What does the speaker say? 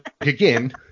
again